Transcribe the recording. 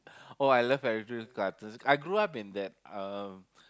oh I love fire drill cartoon I grew up in that